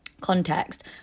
context